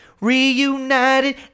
Reunited